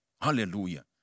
Hallelujah